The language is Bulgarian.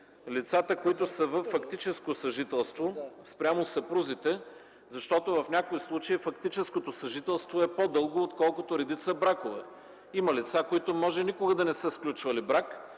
лицата, които са във фактическо съжителство спрямо съпрузите, защото в някои случаи фактическото съжителство е по-дълго, отколкото редица бракове. Има лица, които може никога да не са сключвали брак,